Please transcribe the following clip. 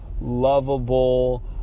lovable